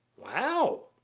wow.